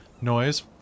noise